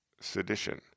sedition